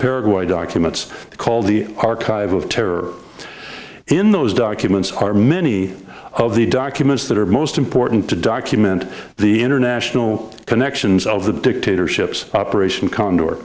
paraguay documents called the archives of terror in those documents are many of the documents that are most important to document the international connections of the dictatorships operation con